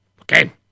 okay